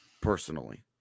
Personally